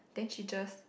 then she just